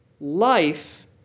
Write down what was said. life